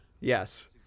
Yes